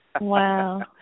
Wow